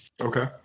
Okay